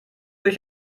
ich